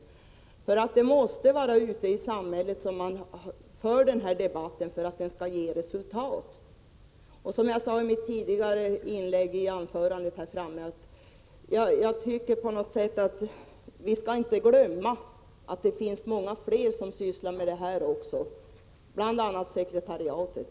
Den här debatten måste nämligen föras ute i samhället om den skall leda till något resultat. Vi skall inte, som jag också sade i mitt anförande, glömma att många fler arbetar med de här frågorna, bl.a. jämställdhetssekretariatet.